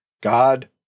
God